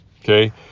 Okay